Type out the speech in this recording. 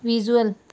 visual